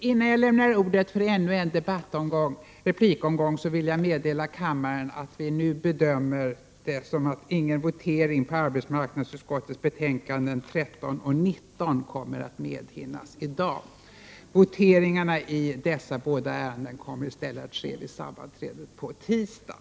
Innan jag lämnar ordet för ännu en replikomgång, vill jag meddela kammaren att vi nu bedömer att ingen votering med anledning av arbetsmarknadsutskottets betänkanden 13 och 19 kommer att medhinnas i dag. Voteringarna i dessa båda ärenden kommer i stället att ske vid sammanträdet på tisdag.